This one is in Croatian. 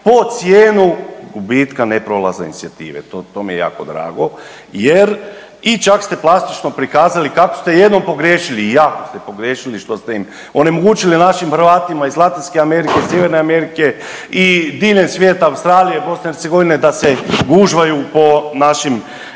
po cijenu gubitka ne prolaza inicijative. To mi je jako drago jer i čak ste plastično prikazali kako ste jednom pogriješili jako ste pogriješili što ste im onemogućili našim Hrvatima iz Latinske Amerike, Sjeverne Amerike i diljem svijeta Australije, BiH da se gužvaju po našim